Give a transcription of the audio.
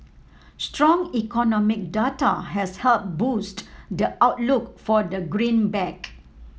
strong economic data has helped boost the outlook for the greenback